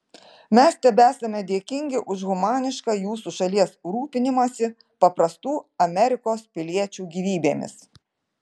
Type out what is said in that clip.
mes ir tebesame dėkingi už humanišką jūsų šalies rūpinimąsi paprastų amerikos piliečių gyvybėmis